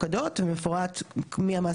ומפורטים מאז שהתחילה קורונה,